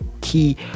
key